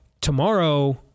tomorrow